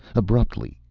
abruptly,